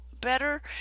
better